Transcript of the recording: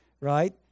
right